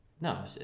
No